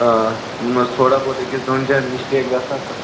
آ تِمن ٲس تھوڑا بہت أکِس دۄن جاین مِسٹیک گَژھان تہٕ